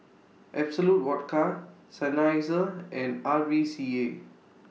Absolut Vodka Seinheiser and R V C A